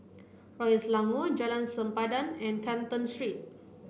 Royal Selangor Jalan Sempadan and Canton Street